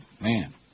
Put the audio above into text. man